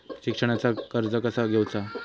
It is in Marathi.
शिक्षणाचा कर्ज कसा घेऊचा हा?